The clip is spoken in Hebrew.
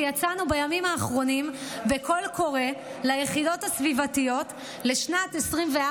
ויצאנו בימים האחרונים בקול קורא ליחידות הסביבתיות לשנת 2024,